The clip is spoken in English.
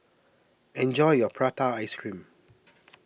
enjoy your Prata Ice Cream